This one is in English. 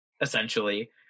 essentially